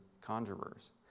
conjurers